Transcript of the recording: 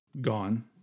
Gone